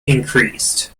increased